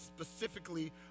specifically